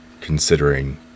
considering